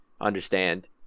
understand